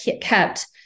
kept